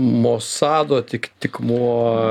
mosado atiktikmuo